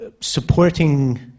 supporting